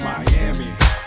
Miami